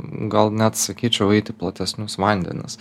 gal net sakyčiau eiti į platesnius vandenis